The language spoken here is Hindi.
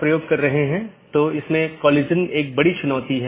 प्रत्येक EBGP राउटर अलग ऑटॉनमस सिस्टम में हैं